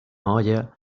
olla